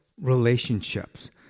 relationships